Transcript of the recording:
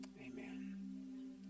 Amen